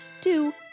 Two